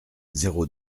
zéro